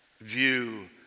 view